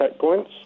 checkpoints